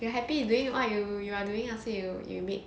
you are happy doing what you are doing after you you meet